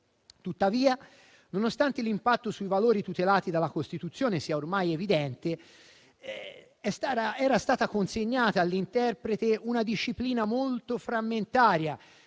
Tuttavia, nonostante l'impatto sui valori tutelati dalla Costituzione sia ormai evidente, era stata consegnata all'interprete una disciplina molto frammentaria